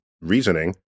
reasoning